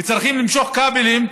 וצריכים למשוך כבלים,